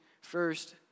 first